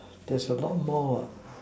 that's a lot more